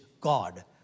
God